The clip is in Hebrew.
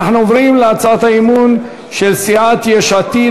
אנחנו עוברים להצעת האי-אמון של סיעת יש עתיד: